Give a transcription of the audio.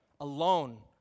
alone